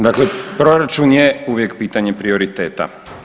Dakle, proračun je uvijek pitanje prioriteta.